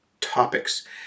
topics